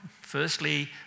Firstly